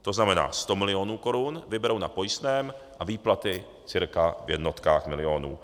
To znamená, 100 milionů korun vyberou na pojistném a výplaty cca v jednotkách milionů.